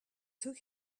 took